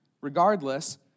Regardless